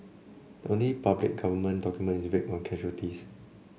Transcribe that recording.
the only public government document is vague on casualties